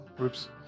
Oops